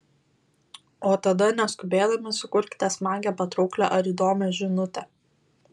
o tada neskubėdami sukurkite smagią patrauklią ar įdomią žinutę